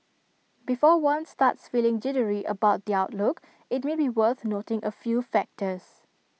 before one starts feeling jittery about the outlook IT may be worth noting A few factors